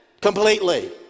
completely